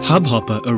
Hubhopper